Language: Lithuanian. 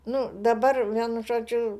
nu dabar vienu žodžiu